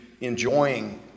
enjoying